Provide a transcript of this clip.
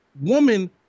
woman